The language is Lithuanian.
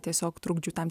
tiesiog trukdžių tam